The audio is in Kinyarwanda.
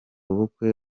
ubukwe